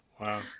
Wow